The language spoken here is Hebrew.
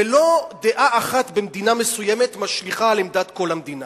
ולא דעה אחת במדינה מסוימת משליכה על עמדת כל המדינה.